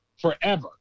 forever